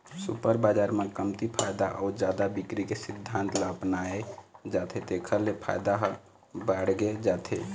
super बजार म कमती फायदा अउ जादा बिक्री के सिद्धांत ल अपनाए जाथे तेखर ले फायदा ह बाड़गे जाथे